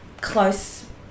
close